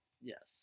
Yes